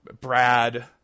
Brad